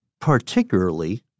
particularly